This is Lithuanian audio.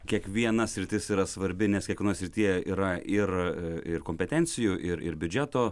kiekviena sritis yra svarbi nes kiekvienoje srityje yra ir ir kompetencijų ir ir biudžeto